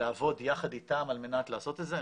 לעבוד יחד איתם על מנת לעשות את זה.